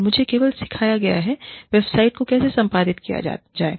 और मुझे केवल सिखाया गया है वेबसाइट को कैसे संपादित किया जाए